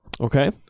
Okay